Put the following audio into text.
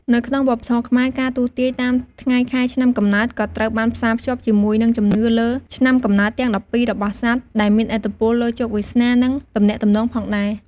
នៅក្នុងវប្បធម៌ខ្មែរ ការទស្សន៍ទាយតាមថ្ងៃខែឆ្នាំកំណើតក៏ត្រូវបានផ្សារភ្ជាប់ជាមួយនឹងជំនឿលើ ឆ្នាំកំណើតទាំង ១២ របស់សត្វ ដែលមានឥទ្ធិពលលើជោគវាសនា និងទំនាក់ទំនងផងដែរ។